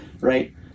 right